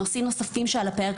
נושאים נוספים שעל הפרק.